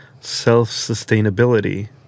self-sustainability